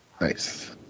nice